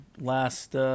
last